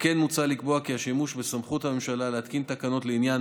וכן מוצע לקבוע כי השימוש בסמכות הממשלה להתקין תקנות לעניין